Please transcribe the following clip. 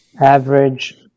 average